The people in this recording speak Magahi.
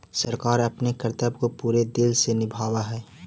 सरकार अपने कर्तव्य को पूरे दिल से निभावअ हई